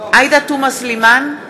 עאידה תומא סלימאן,